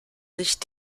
nicht